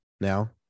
now